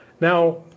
Now